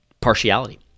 Partiality